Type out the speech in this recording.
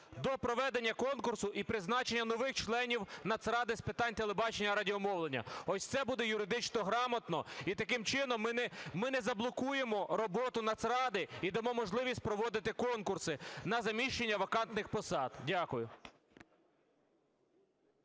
до проведення конкурсу і призначення нових членів Нацради з питань телебачення, радіомовлення. Ось це буде юридично грамотно, і таким чином ми не заблокуємо роботу Нацради і дамо можливість проводити конкурси на заміщення вакантних посад. Дякую.